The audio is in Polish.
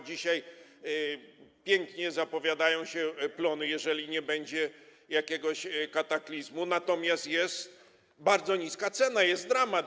Dzisiaj pięknie zapowiadają się plony, jeżeli nie będzie jakiegoś kataklizmu, natomiast jest bardzo niska cena, jest dramat.